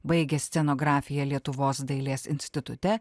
baigė scenografiją lietuvos dailės institute